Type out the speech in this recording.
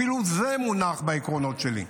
אפילו זה מונח בעקרונות שלי.